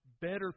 better